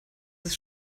ist